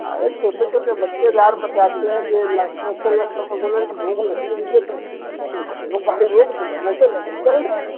अरे छोटे छोटे बच्चे यार मचाते हैं के समोसे लो यह भूख लगी उनके तो फिर समोसे अपनी गाड़ी रोक दो समोसे ले लें चल दें